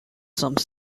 some